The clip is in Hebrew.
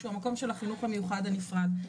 שהוא המקום של החינוך המיוחד הנפרד,